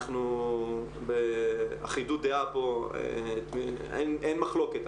אנחנו באחידות דעה פה, אין מחלוקת.